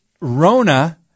Rona